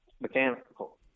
Mechanical